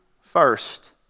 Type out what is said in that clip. first